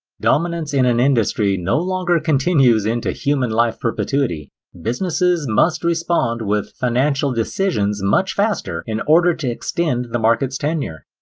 dominance in an industry no longer continues into human life perpetuity businesses must respond with financial decisions much faster in order to extend the market's tenure.